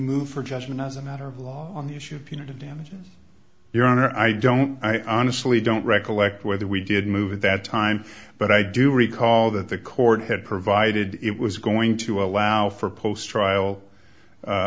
move for judgment as a matter of law on the issue of punitive damages your honor i don't i honestly don't recollect whether we did move at that time but i do recall that the court had provided it was going to allow for a post trial